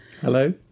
Hello